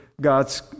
God's